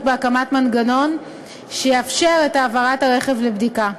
בהקמת מנגנון שיאפשר את העברת הרכב לבדיקה.